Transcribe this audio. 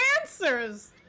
answers